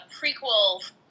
prequel